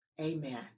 Amen